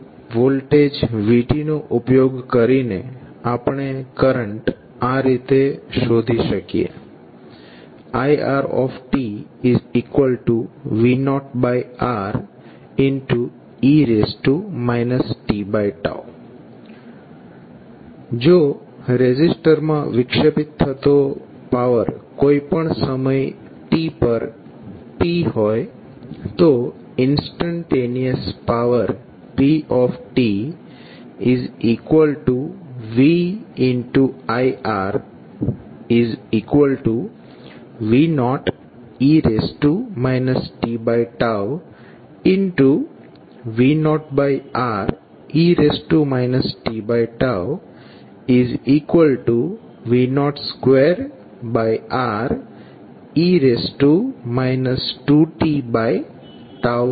હવે voltage v નો ઉપયોગ કરીને આપણે કરંટ આ રીતે શોધી શકીએ iRV0Re t જો રેઝિસ્ટર માં વિક્ષેપીત થતો પાવર કોઈ સમય t પર P હોય તો instantaneous power pviRV0 e tV0Re tV02Re 2t થશે